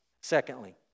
Secondly